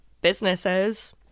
businesses